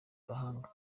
gahanga